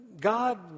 God